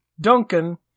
Duncan